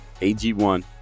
AG1